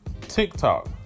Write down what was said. TikTok